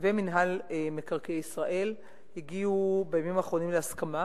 ומינהל מקרקעי ישראל הגיעו בימים האחרונים להסכמה,